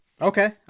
okay